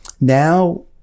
now